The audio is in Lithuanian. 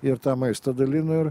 ir tą maistą dalino ir